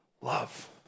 Love